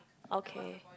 okay